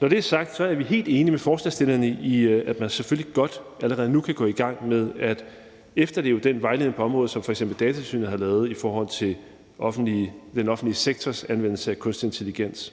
Når det er sagt, er vi helt enige med forslagsstillerne i, at man selvfølgelig godt allerede nu kan gå i gang med at efterleve den vejledning på området, som f.eks. Datatilsynet har lavet, i forhold til den offentlige sektors anvendelse af kunstig intelligens –